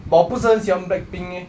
but 我不是很喜欢 blackpink eh